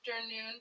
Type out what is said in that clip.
afternoon